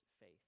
faith